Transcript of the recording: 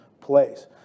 place